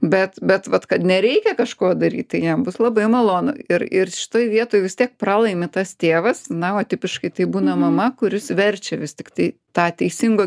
bet bet vat kad nereikia kažko daryt tai jam bus labai malonu ir ir šitoj vietoj vis tiek pralaimi tas tėvas na o tipiškai tai būna mama kuris verčia vis tiktai tą teisingo